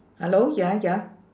hello ya ya